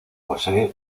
posee